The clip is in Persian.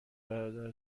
برادر